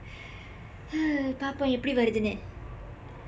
பார்ப்போம் எப்படி வருதுன்னு:paarppoom eppadi varuthunnu